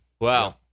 Wow